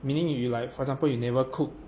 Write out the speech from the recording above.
meaning if you like for example you never cook